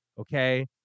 Okay